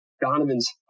Donovan's